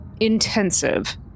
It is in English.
intensive